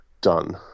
done